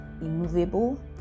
immovable